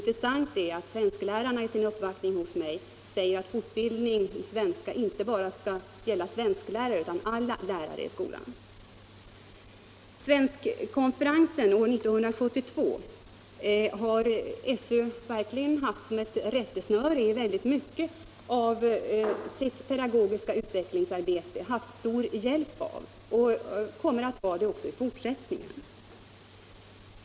Intressant är att svensklärarna vid sin uppvaktning hos mig sade att fortbildning i svenska inte bara skall gälla svensklärare utan alla lärare i skolan. SÖ har verkligen haft svenskkonferensen år 1972 som ett rättesnöre i mycket av sitt pedagogiska utvecklingsarbete och därvid haft god hjälp av den —- och kommer givetvis att ha det även i fortsättningen.